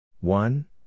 One